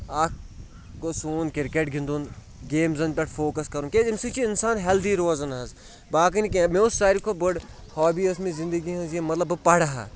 اَکھ گوٚو سون کِرکٹ گِنٛدُن گیمزَن پٮ۪ٹھ فوکَس کَرُن کیٛازِ اَمہِ سۭتۍ چھُ اِنسان ہٮ۪لدی روزان حظ باقٕے نہٕ کینٛہہ مےٚ اوس ساروی کھۄتہٕ بٔڑ ہابی ٲس مےٚ زِندگی ہٕنٛز یہِ مطلب بہٕ پَرٕ ہا